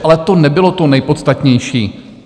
Ale to nebylo to nejpodstatnější.